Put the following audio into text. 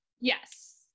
Yes